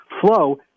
flow